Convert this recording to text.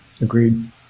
Agreed